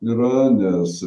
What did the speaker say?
yra nes